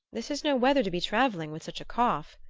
this is no weather to be travelling with such a cough,